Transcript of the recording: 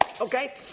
okay